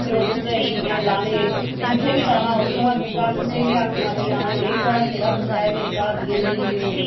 फिर ओह् बूह्टे छूह्टे लाने जित्थै बी जाना उत्थूं'दा बूह्टा कुसै गी बी आखना ऐ थुआढ़ा केह्ड़ा बूह्टा ऐ मेरे घर नीं ऐ मिगी देओ